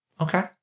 Okay